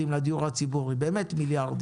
מיליארדי שקלים לדיור הציבורי, באמת מיליארדים.